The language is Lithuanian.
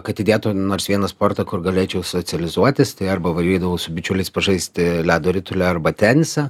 kad įdėtų nors vieną sportą kur galėčiau socializuotis tai arba varydavau su bičiuliais pažaisti ledo ritulį arba tenisą